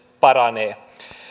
paranee